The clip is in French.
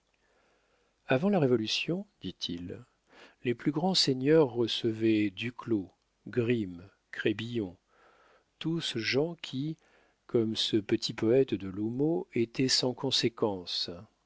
avant la révolution dit-il les plus grands seigneurs recevaient duclos grimm crébillon tous gens qui comme ce petit poète de l'houmeau étaient sans conséquence